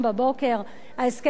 ההסכם הזה שנחתם,